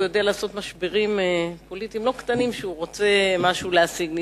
והוא יודע לעשות משברים פוליטיים לא קטנים כשהוא רוצה להשיג משהו.